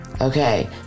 Okay